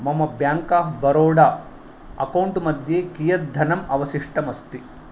मम bank of Baroda account मध्ये कियत् धनम् अवशिष्टम् अस्ति